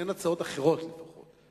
אין הצעות אחרות, לפחות.